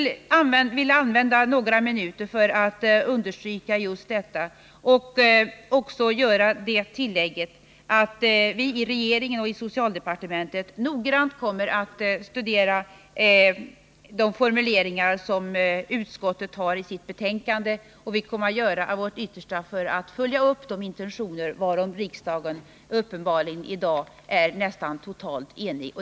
Jag ville använda några minuter för att understryka just detta och för att göra tillägget att vi i regeringen och i socialdepartementet noggrant kommer att studera de formuleringar som utskottet har i sitt betänkande. Vi kommer också att göra vårt yttersta för att följa upp de intentioner varom riksdagen i dag uppenbarligen är nästan totalt enig.